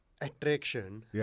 attraction